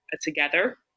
together